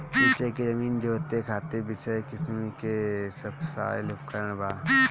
नीचे के जमीन जोते खातिर विशेष किसिम के सबसॉइल उपकरण बा